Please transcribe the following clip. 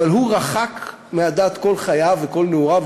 אבל הוא רחק מן הדת כל חייו וכל נעוריו,